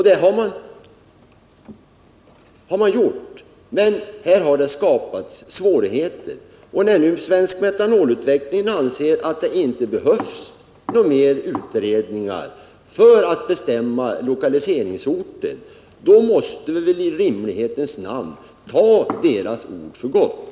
Det har man gjort, men det har skapats svårigheter här. När nu Svensk Metanolutveckling anser att det inte behövs några mer utredningar för att bestämma lokaliseringsort, då måste vi väl i rimlighetens namn ta det ordet för gott.